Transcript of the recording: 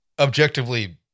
objectively